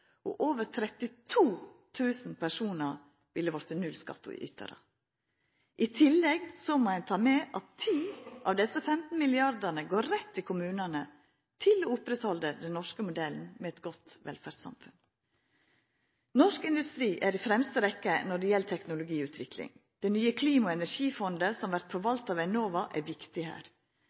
og over 32 000 personar ville ha vorte nullskattytarar. I tillegg må ein ta med at 10 av desse 15 milliardane går rett til kommunane – til å oppretthalda den norske modellen med eit godt velferdssamfunn. Norsk industri er i fremste rekke når det gjeld teknologiutvikling. Det nye Klima- og energifondet som vert forvalta av Enova, er viktig her,